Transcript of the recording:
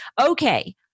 Okay